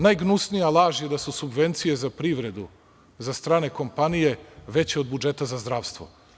Najgnusnija laž je da su subvencije za privredu za strane kompanije veće od budžeta za zdravstvo.